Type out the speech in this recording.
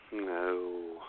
No